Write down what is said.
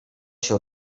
się